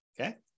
Okay